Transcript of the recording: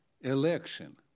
election